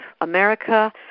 America